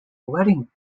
wedding